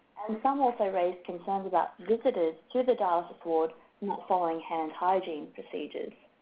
and some also raised concerns about visitors to the dialysis ward not following hand hygiene procedures.